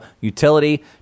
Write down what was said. Utility